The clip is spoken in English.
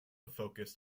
focused